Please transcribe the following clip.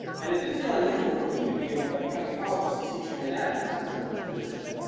and it didn't feel unusual for me to be ah a paleontologist teaching anatomy, because that's my tradition.